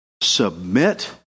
Submit